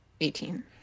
Eighteen